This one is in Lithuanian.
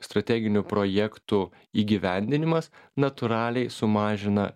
strateginių projektų įgyvendinimas natūraliai sumažina